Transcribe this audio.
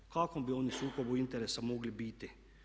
U kakvom bi oni sukobu interesa mogli biti?